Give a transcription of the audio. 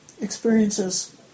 experiences